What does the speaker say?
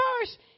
first